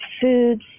foods